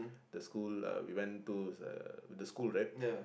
the school uh we went to uh with the school right